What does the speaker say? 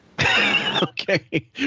Okay